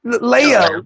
Leo